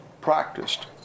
practiced